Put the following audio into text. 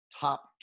top